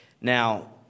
Now